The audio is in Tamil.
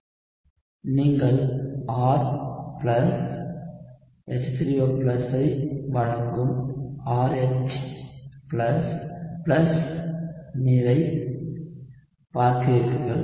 எனவே நீங்கள் R H3O ஐ வழங்கும் RH நீரைப் பார்க்கிறீர்கள்